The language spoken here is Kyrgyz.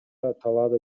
талаада